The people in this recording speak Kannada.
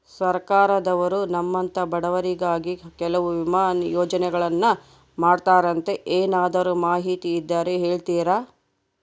ಸರ್ಕಾರದವರು ನಮ್ಮಂಥ ಬಡವರಿಗಾಗಿ ಕೆಲವು ವಿಮಾ ಯೋಜನೆಗಳನ್ನ ಮಾಡ್ತಾರಂತೆ ಏನಾದರೂ ಮಾಹಿತಿ ಇದ್ದರೆ ಹೇಳ್ತೇರಾ?